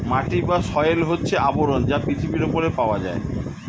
মাটি বা সয়েল হচ্ছে আবরণ যা পৃথিবীর উপরে পাওয়া যায়